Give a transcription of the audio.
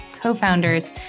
co-founders